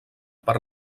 per